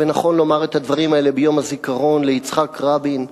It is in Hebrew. ונכון לומר את הדברים האלה ביום הזיכרון ליצחק רבין,